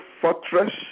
fortress